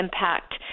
impact